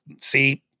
See